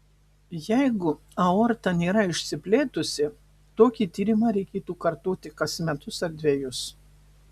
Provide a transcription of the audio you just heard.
jeigu aorta nėra išsiplėtusi tokį tyrimą reikėtų kartoti kas metus ar dvejus